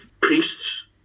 priests